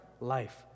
life